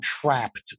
trapped